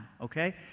okay